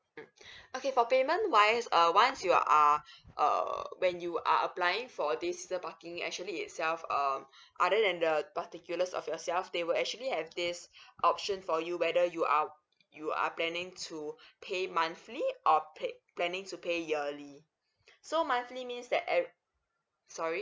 mm okay for payment wise uh once you are err when you are applying for this season parking actually itself um other than the particulars of yourself they will actually have this option for you whether you are you are planning to pay monthly or pla~ planning to pay yearly so monthly means that ev~ sorry